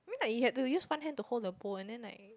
I mean like you had to use one hand to hold the bowl and then like